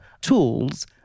tools